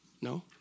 No